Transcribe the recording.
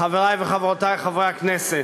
חברי וחברותי חברי הכנסת,